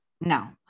No